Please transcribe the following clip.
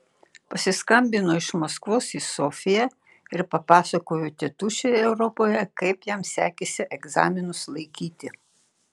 pasiskambino iš maskvos į sofiją ir papasakojo tėtušiui europoje kaip jam sekėsi egzaminus laikyti